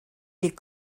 les